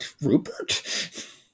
Rupert